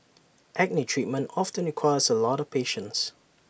acne treatment often requires A lot of patience